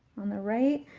on the right.